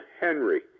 Henry